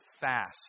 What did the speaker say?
fast